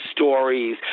stories